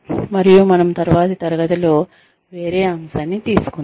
మరియు మనము తరువాతి తరగతిలో వేరే అంశాన్ని తీసుకుంటాము